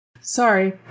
Sorry